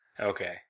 Okay